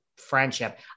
friendship